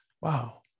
Wow